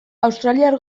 australiar